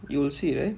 you will see right